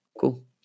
Cool